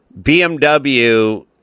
BMW